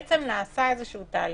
בעצם נעשה איזשהו תהליך.